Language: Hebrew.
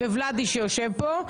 וולדי שיושב פה.